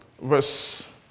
verse